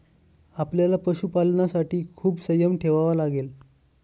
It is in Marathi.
आपल्याला पशुपालनासाठी खूप संयम ठेवावा लागेल